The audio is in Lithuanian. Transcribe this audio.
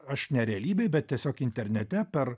aš ne realybėj bet tiesiog internete per